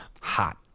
hot